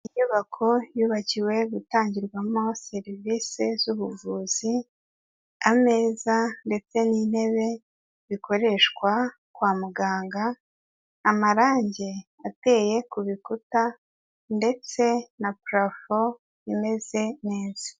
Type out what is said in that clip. Iyi nyubako yubakiwe gutangirwamo serivisi z'ubuvuzi, ameza ndetse n'intebe bikoreshwa kwa muganga, amarangi ateye ku bikuta ndetse na parafo imeze neza.